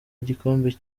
igikombe